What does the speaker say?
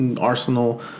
Arsenal